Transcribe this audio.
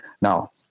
Now